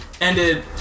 ended